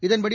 இதன்படி